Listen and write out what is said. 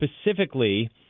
specifically